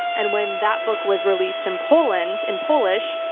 and when that book was released in poland, in polish,